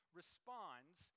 responds